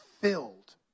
filled